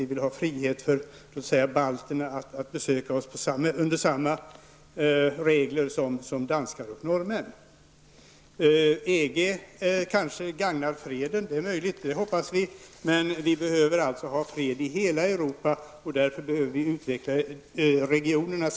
Vi vill ha frihet för låt säga balterna att besöka oss på samma villkor som danskar och norrmän. EG kanske gagnar freden -- det är möjligt; det hoppas vi -- men vi behöver ha fred i hela Europa, och därför behöver vi utveckla ett regionernas